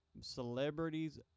celebrities